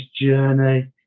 journey